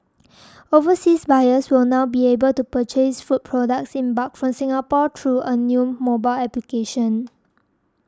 overseas buyers will now be able to purchase food products in bulk from Singapore through a new mobile application